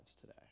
today